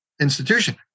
institution